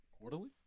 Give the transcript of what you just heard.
Quarterly